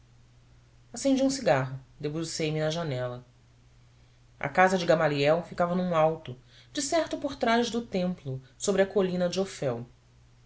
acendi um cigarro debrucei me na janela a casa de gamaliel ficava num alto decerto por trás do templo sobre a colina de orfel